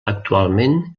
actualment